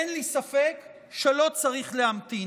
אין לי ספק שלא צריך להמתין.